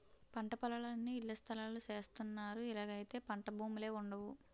పంటపొలాలన్నీ ఇళ్లస్థలాలు సేసస్తన్నారు ఇలాగైతే పంటభూములే వుండవు